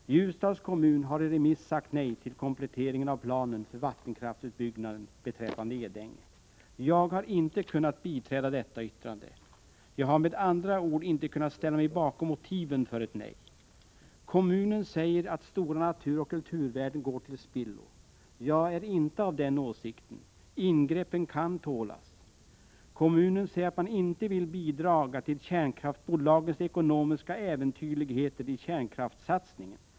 Ljusdals kommun har i remissvar sagt nej till kompletteringen av planen för vattenkraftsutbyggnad beträffande Edänge. Jag har inte kunnat biträda detta yttrande. Jag har med andra ord inte kunnat ställa mig bakom ett nej och motiven för det. Kommunen säger att stora naturoch kulturvärden går till spillo. Jag är inte av den åsikten. Ingreppen kan tålas. Kommunen säger att man inte vill bidra till kärnkraftbolagens ekonomiska äventyrligheter i kärnkraftssatsningen.